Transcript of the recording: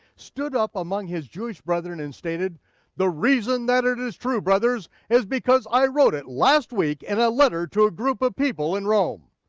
stood up among his jewish brethren and stated the reason that it is true, brothers, is because i wrote it last week in and a letter to a group of people in rome.